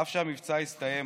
אף שהמבצע הסתיים,